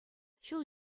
ҫул